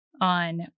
on